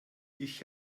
ich